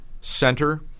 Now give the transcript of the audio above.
Center